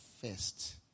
first